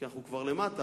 כי אנחנו כבר למטה.